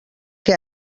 que